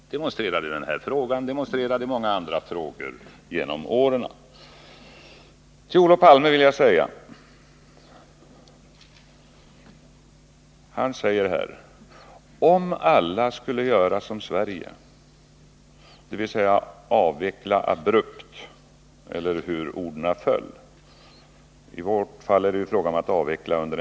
Det gäller i den här frågan, och det har gällt i många andra frågor genom åren. Så här säger Olof Palme: Om alla länder skulle göra som Sverige, dvs. abrupt — eller hur orden föll — avveckla kärnkraften, då skulle det uppstå stora problem runt om i världen.